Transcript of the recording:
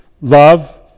Love